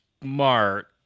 smart